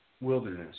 wilderness